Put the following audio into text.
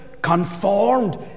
conformed